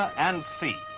and sea.